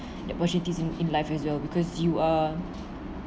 the opportunities in in life as well because you are